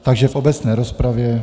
Takže v obecné rozpravě.